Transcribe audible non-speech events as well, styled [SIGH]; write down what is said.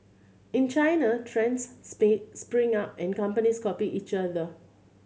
in China trends [UNINTELLIGIBLE] spring up and companies copy each other